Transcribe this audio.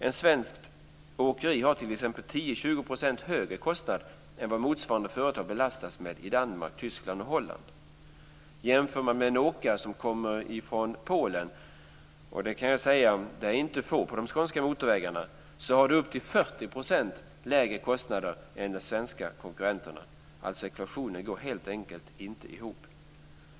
Ett svenskt åkeri har t.ex. 10-20 % högre kostnader än vad motsvarande företag belastas med i Danmark, Tyskland och Holland. Jämför man med åkare som kommer från Polen - och de är inte få på de skånska motorvägarna; det kan jag säga - ser man att de har upp till 40 % lägre kostnader än de svenska konkurrenterna. Ekvationen går alltså helt enkelt inte ihop.